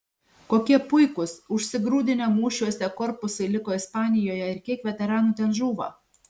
kokie puikūs užsigrūdinę mūšiuose korpusai liko ispanijoje ir kiek veteranų ten žūva